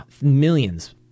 Millions